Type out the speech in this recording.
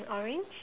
orange